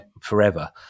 forever